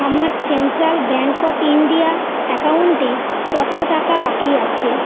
আমার Central Bank of India অ্যাকাউন্টে কত টাকা বাকি আছে